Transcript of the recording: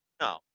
No